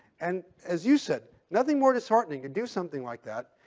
and as you said, nothing more disheartening to do something like that,